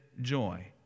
joy